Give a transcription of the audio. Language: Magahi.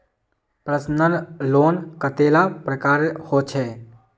पर्सनल लोन कतेला प्रकारेर होचे?